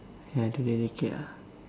ya I don't really care ah